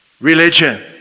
religion